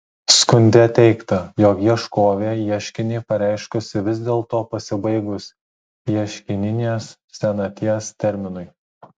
skunde teigta jog ieškovė ieškinį pareiškusi vis dėlto pasibaigus ieškininės senaties terminui